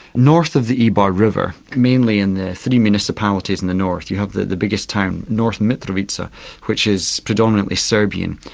north of the iber river, mainly in the three municipalities in the north, you have the the biggest town, north mitrovica so which is predominantly serbian.